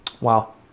Wow